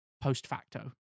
post-facto